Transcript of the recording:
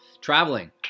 Traveling